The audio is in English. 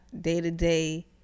day-to-day